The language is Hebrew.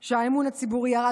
שאמון הציבור ירד,